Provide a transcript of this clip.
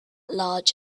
large